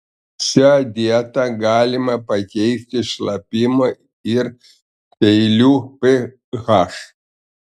šia dieta galima pakeisti šlapimo ir seilių ph